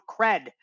cred